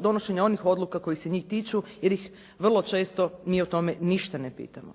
donošenja onih odluka koje se njih tiču jer ih vrlo često mi o tome ništa ne pitamo.